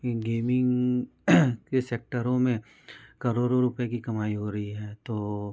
gaming के सेक्टरों में करोड़ों रूपये की कमाई हो रही है तो